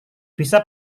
bisa